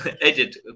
edit